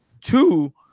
two